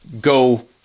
go